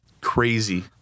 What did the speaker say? crazy